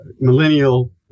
millennial